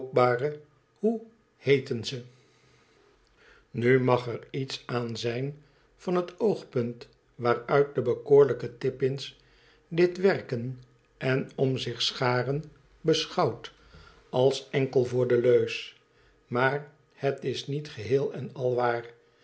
die onomkoopbare hoeheetenze nu mag er iets aan zijn van het oogpunt waaruit de bekoorlijke tippins dit werken en om zich scharen beschouwt als enkel voor de leus maar het is niet geheel en al